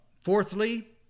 Fourthly